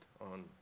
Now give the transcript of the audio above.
on